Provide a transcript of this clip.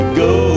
go